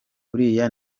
uriya